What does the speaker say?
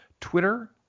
Twitter